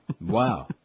Wow